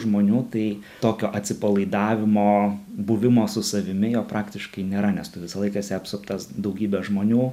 žmonių tai tokio atsipalaidavimo buvimo su savimi jo praktiškai nėra nes tu visą laiką esi apsuptas daugybės žmonių